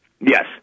Yes